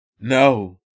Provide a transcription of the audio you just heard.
No